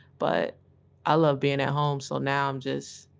but i love being at home. so now i'm just,